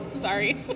Sorry